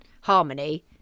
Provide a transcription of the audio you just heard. harmony